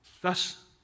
Thus